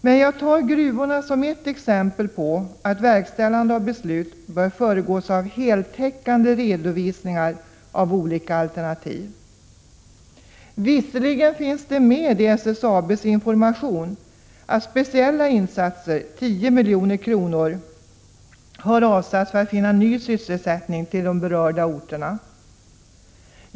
Men jag tar gruvorna som ett exempel på att verkställandet av beslut bör föregås av heltäckande redovisningar av olika alternativ, även om det i SSAB:s information har sagts att medel för speciella insatser, 10 milj.kr., har avsatts för att finna ny sysselsättning på de berörda orterna.